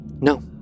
No